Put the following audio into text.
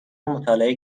مطالعه